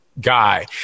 guy